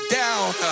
down